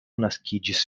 naskiĝis